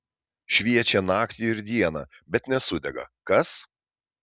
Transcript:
šviečią naktį ir dieną bet nesudega kas